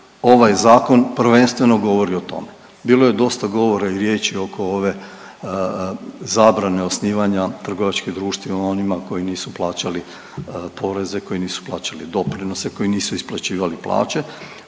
ovaj zakon prvenstveno govori o tome. Bilo je dosta govora i riječi oko ove zabrane osnivanja trgovačkim društvima onima koji nisu plaćali poreze, koji nisu plaćali doprinose, koji nisu isplaćivali plaće,